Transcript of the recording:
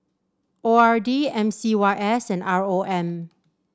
O R D M C Y S and R O M